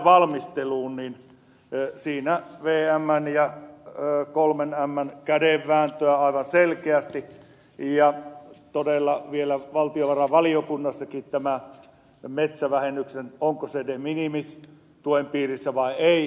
tämän lain valmistelussa oli vmn ja kolmen mn kädenvääntöä aivan selkeästi ja todella vielä valtiovarainvaliokunnassakin sen pyörittelyä onko tämä metsävähennys de minimis tuen piirissä vai ei